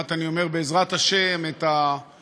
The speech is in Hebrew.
כמעט אני אומר בעזרת השם, את הסאגה.